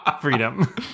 freedom